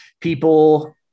people